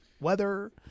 Weather